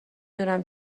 دونم